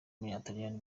w’umutaliyani